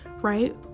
right